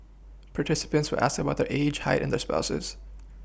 participants were asked about their age height and their spouses